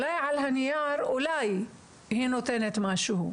אולי על הנייר היא נותנת משהו.